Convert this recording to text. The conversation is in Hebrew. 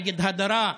נגד הדרה,